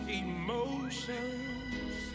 emotions